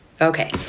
Okay